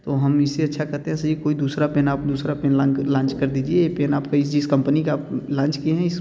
तो हम इससे अच्छा करते है सर जी कोई दूसरा पेन आप दूसरा पेन लांच कर दीजिए ये पेन आप जिस कंपनी का आप लांच किए हैं